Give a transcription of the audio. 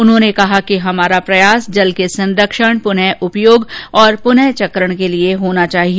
उन्होंने कहा कि हमारा प्रयास जल के संरक्षण पूनः उपयोग और पूनः चकण के लिए होना चाहिए